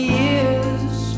years